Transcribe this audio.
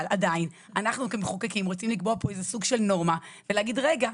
אבל עדיין אנחנו כמחוקקים רוצים לקבוע פה איזה סוג של נורמה ולהגיד רגע,